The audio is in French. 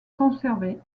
conservés